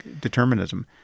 determinism